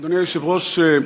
אדוני היושב-ראש,